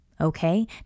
Okay